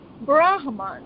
Brahman